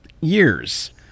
years